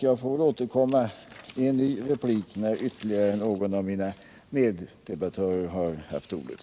Jag får väl återkomma med ytterligare en replik när någon av mina meddebattörer har haft ordet.